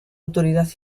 autoridad